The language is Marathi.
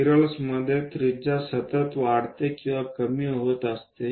स्पायरल्स मध्ये त्रिज्या सतत वाढत किंवा कमी होत आहे